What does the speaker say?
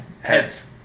heads